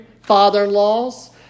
father-in-laws